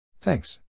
thanks